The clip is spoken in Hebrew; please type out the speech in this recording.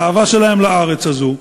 את האהבה שלהם לארץ הזאת,